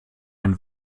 ein